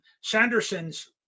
Sanderson's